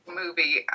movie